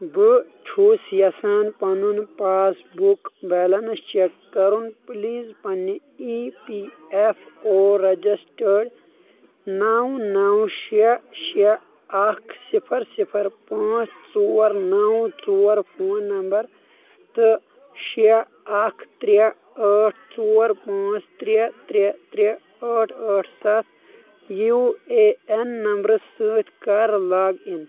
بہٕ چھُس یَژھان پَنُن پاس بُک بیلینٕس چٮ۪ک کَرُن پٕلیٖز پنٛنہِ E P F O registered نَو نَو شےٚ شےٚ اَکھ صِفَر صِفَر پانٛژھ ژور نَو ژور فون نَمبَر تہٕ شےٚ اَکھ ترٛےٚ ٲٹھ ژور پانٛژھ ترٛےٚ ترٛےٚ ترٛےٚ ٲٹھ ٲٹھ سَتھ یوٗ اے اٮ۪ن نَمبرٕ سۭتۍ کَر لاگ اِن